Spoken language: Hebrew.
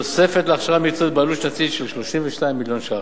תוספת להכשרה מקצועית בעלות שנתית של 32 מיליון ש"ח.